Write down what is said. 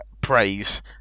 praise